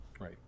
Right